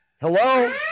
hello